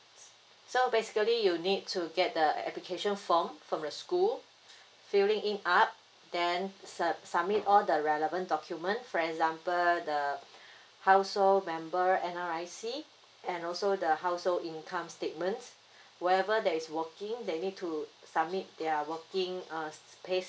so basically you need to get the application form from the school filling in up then sub~ submit all the relevant document for example the household member N R I C and also the household income statements whoever that is working they need to submit their working uh pays